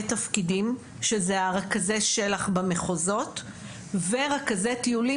תפקידים שזה הרכזי שלח במחוזות ורכזי טיולים,